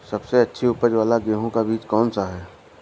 सबसे अच्छी उपज वाला गेहूँ का बीज कौन सा है?